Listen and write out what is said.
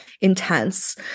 intense